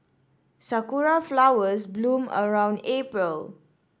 sakura flowers bloom around April